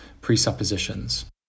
presuppositions